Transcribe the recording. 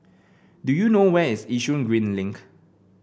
do you know where is Yishun Green Link